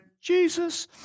Jesus